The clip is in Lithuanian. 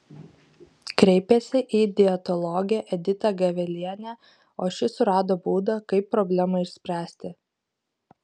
kreipėsi į dietologę editą gavelienę o ši surado būdą kaip problemą išspręsti